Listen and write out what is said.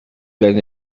been